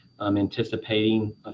anticipating